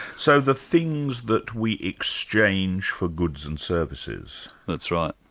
so the things that we exchange for goods and services. that's right.